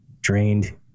drained